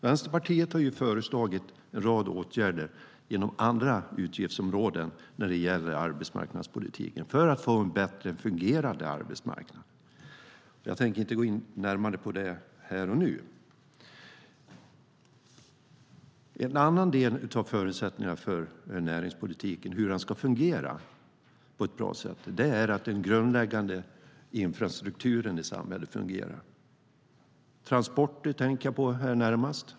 Vänsterpartiet har ju föreslagit en rad åtgärder inom andra utgiftsområden när det gäller arbetsmarknadspolitiken för att få en bättre fungerande arbetsmarknad. Men jag tänker inte gå in närmare på det här och nu. En del av förutsättningarna för hur näringspolitiken ska fungera på ett bra sätt är att den grundläggande infrastrukturen i samhället fungerar. Transporter tänker jag närmast på.